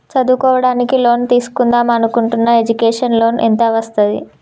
చదువుకోవడానికి లోన్ తీస్కుందాం అనుకుంటున్నా ఎడ్యుకేషన్ లోన్ ఎంత వస్తది?